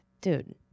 dude